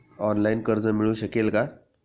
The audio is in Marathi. ऑनलाईन कर्ज मिळू शकेल का?